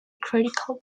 critical